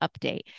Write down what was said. update